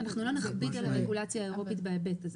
אנחנו לא נכביד על הרגולציה האירופית בהיבט הזה.